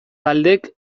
taldek